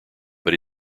but